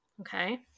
Okay